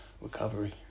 recovery